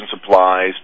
supplies